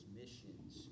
missions